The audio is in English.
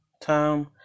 time